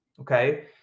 Okay